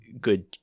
good